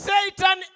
Satan